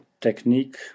technique